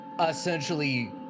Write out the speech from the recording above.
essentially